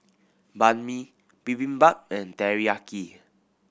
Banh Mi Bibimbap and Teriyaki